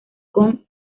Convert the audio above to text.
con